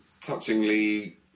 touchingly